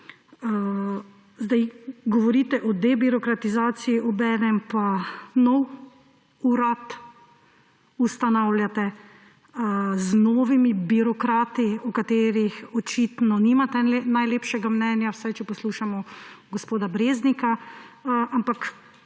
Govorite o debirokratizaciji, obenem pa ustanavljate nov urad, z novimi birokrati, o katerih očitno nimate najlepšega mnenja, vsaj če poslušamo gospoda Breznika. Ampak